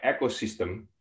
ecosystem